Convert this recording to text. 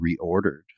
reordered